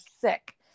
sick